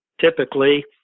Typically